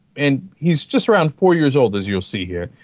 and he's just around four years old as you'll see here